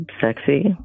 sexy